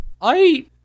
I-